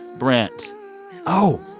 brent oh,